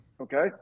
okay